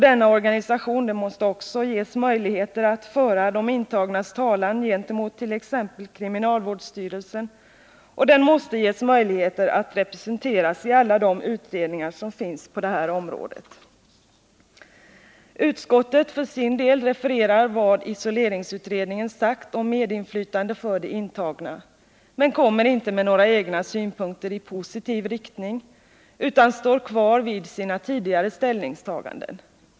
Denna organisation måste också ges möjligheter att föra de intagnas talan gentemot t.ex. kriminalvårdsstyrelsen, och den måste ges möjligheter till representation i alla de utredningar som finns på det här området. Utskottet refererar för sin del vad isoleringsutredningen sagt om medinflytande för intagna men kommer inte med några egna synpunkter i positiv riktning utan står kvar vid sina tidigare ställningstaganden.